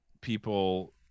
people